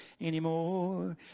anymore